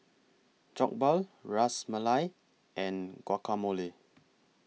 Jokbal Ras Malai and Guacamole